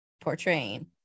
portraying